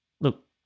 look